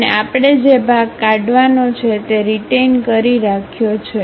અને આપણે જે ભાગ કાઢવાનો છે તે રીટેઈન કરી રાખ્યો છે